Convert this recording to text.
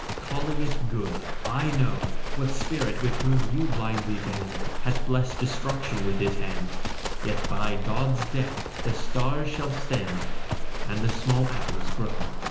calling it good. i know what spirit with whom you blindly band hath blessed destruction with his hand yet by god's death the stars shall stand and the small apples grow.